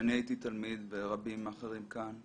כשאני הייתי תלמיד ורבים אחרים כאן,